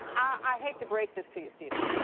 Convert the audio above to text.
i hate to break this to you, stephen,